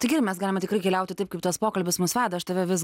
tai gerai mes galim tikrai keliauti taip kaip tas pokalbis mus veda aš tave vis